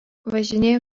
važinėja